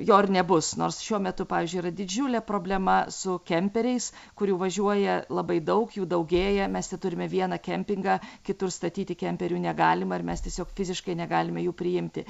jo ir nebus nors šiuo metu pavyzdžiui yra didžiulė problema su kemperiais kurių važiuoja labai daug jų daugėja mes teturime vieną kempingą kitur statyti kemperių negalima ir mes tiesiog fiziškai negalime jų priimti